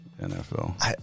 NFL